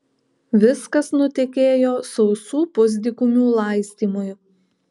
viskas nutekėjo sausų pusdykumių laistymui